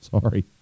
Sorry